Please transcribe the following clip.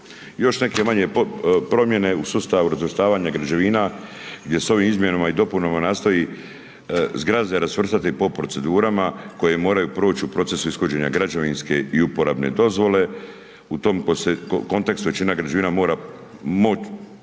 Još neke manje promjene u sustavu razvrstavanja građevina gdje su ovim izmjenama i dopunama nastoji zgrade razvrstati po procedurama koje moraju proć u procesu ishođenja građevinske i uporabne dozvole. U tom kontekstu većina građevina moći